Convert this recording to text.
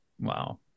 Wow